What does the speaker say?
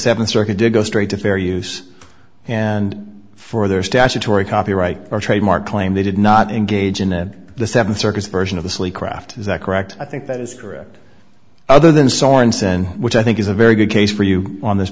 seventh circuit to go straight to fair use and for their statutory copyright or trademark claim they did not engage in and the seven circus version of the sleep craft is that correct i think that is correct other than sorenson which i think is a very good case for you on this